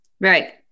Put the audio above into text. right